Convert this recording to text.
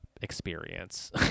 experience